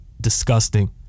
disgusting